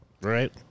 right